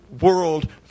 world